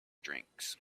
drinks